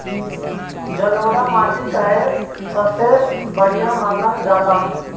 जलोड़ माटी काहे सबसे बढ़िया मानल जाला?